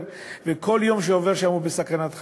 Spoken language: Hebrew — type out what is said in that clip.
וכל יום שעובר שם הוא בסכנת חיים.